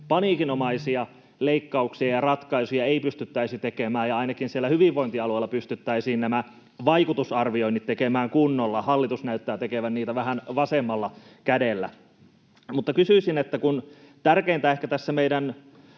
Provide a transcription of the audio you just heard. paniikinomaisia leikkauksia ja ratkaisuja ei tarvitsisi tehdä ja ainakin siellä hyvinvointialueilla pystyttäisiin nämä vaikutusarvioinnit tekemään kunnolla. Hallitus näyttää tekevän niitä vähän vasemmalla kädellä. Mutta kysyisin: kun ehkä tärkeintä tässä meidän